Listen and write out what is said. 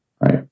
Right